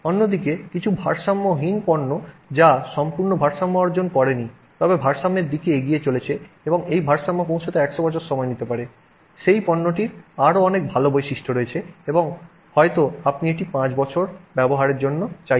অন্যদিকে কিছু ভারসাম্যহীন পণ্য যা সম্পূর্ণ ভারসাম্য অর্জন করেনি তবে ভারসাম্যের দিকে এগিয়ে চলেছে এবং এই ভারসাম্যটি পৌঁছাতে 100 বছর সময় নিতে পারে সেই পণ্যটির আরও অনেক ভাল বৈশিষ্ট্য রয়েছে এবং হয়তো আপনি এটি 5 বছর ব্যবহার করার জন্য চাইছেন